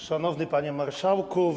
Szanowny Panie Marszałku!